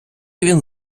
він